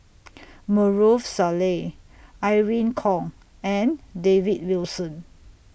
Maarof Salleh Irene Khong and David Wilson